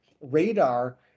radar